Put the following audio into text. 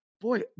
boy